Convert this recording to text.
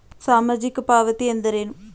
ಸಾಮಾಜಿಕ ಪಾವತಿ ಎಂದರೇನು?